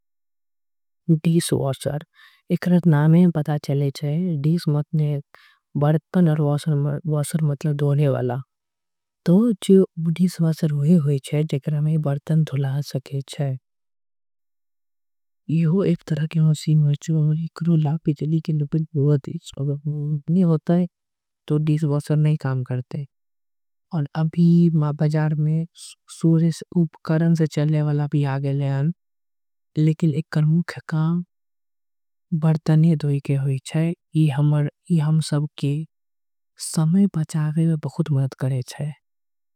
एकरा नामे सी पता चले छे डिश वाश मतलब। बरतन धोए वाला जेकरा में बरतन धुला सके। छे ईहो एक तरह के मशीन होय छे अभी। बाजार मे सूर्य से चलने वाला उपकरण भी। आ गईल एकर मुख्य काम बरतन धोए के। होई ई हम सब के समय बचाए वाला यंत्र छे।